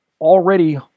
already